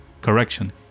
Correction